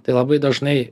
tai labai dažnai